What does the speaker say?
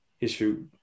issue